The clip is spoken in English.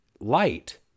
light